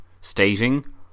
stating